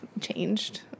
changed